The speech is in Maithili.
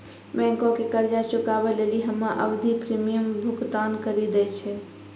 बैंको के कर्जा चुकाबै लेली हम्मे आवधिक प्रीमियम भुगतान करि दै छिये